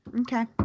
Okay